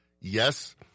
Yes